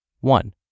One